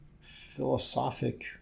philosophic